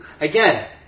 Again